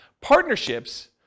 Partnerships